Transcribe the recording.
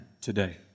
today